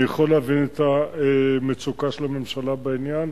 אני יכול להבין את המצוקה של הממשלה בעניין.